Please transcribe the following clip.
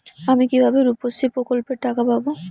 আমি কিভাবে রুপশ্রী প্রকল্পের টাকা পাবো?